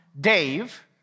Dave